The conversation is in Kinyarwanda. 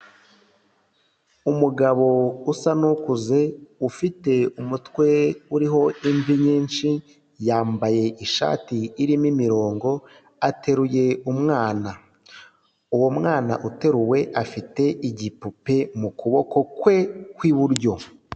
Umugabo usa n'ukuze ufite umutwe uriho imvi nyinshi, yambaye ishati irimo imirongo, ateruye umwana. Uwo mwana uteruwe afite igipupe mu kuboko kwe kw'iburyo.